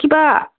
কিবা